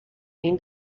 این